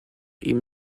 ihm